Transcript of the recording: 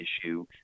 issue